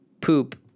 poop